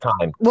time